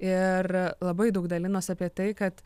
ir labai daug dalinos apie tai kad